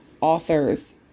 authors